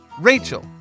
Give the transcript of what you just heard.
Rachel